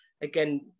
again